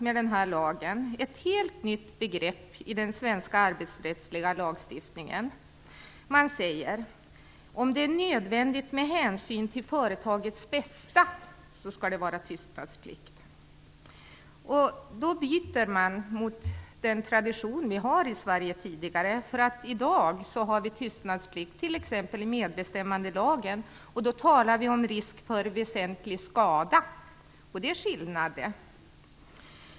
Med den här lagen införs ett helt nytt begrepp i den svenska arbetsrättsliga lagstiftningen. Man säger att det skall vara tystnadsplikt om det är nödvändigt med hänsyn till företagets bästa. Då bryter man mot den tradition som vi sedan tidigare har i Sverige. I dag finns det tystnadsplikt t.ex. i medbestämmandelagen. Då talas det om risk för väsentlig skada. Det är skillnad det.